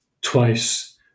twice